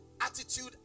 attitude